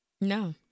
No